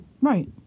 Right